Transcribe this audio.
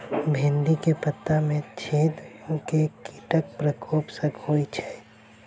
भिन्डी केँ पत्ता मे छेद केँ कीटक प्रकोप सऽ होइ छै?